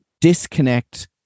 disconnect